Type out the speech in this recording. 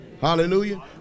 Hallelujah